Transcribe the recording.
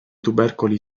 tubercoli